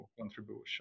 contribution